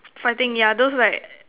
fighting yeah those like